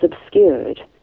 obscured